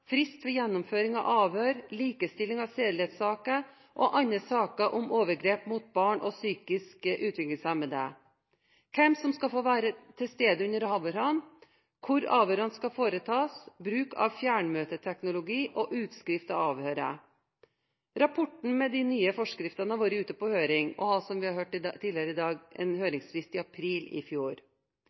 frist for gjennomføring av avhør, likestilling av sedelighetssaker og andre saker om overgrep mot barn og psykisk utviklingshemmede, hvem som skal få være til stede under avhørene, hvor avhørene skal foretas, bruk av fjernmøteteknologi og utskrift av avhøret. Rapporten med de nye forskriftene har vært ute på høring og hadde, som vi har hørt tidligere i dag, høringsfrist i april i fjor.